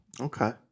Okay